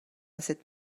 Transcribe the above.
cette